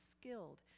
skilled